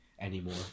anymore